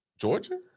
Georgia